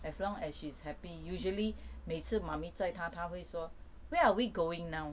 as long as she's happy usually 每次 mummy 载她她会说 where are we going now